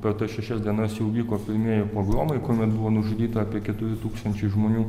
per tas šešias dienas jau vyko pirmieji pogromai kuomet buvo nužudyta apie keturi tūkstančiai žmonių